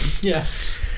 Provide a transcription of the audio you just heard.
Yes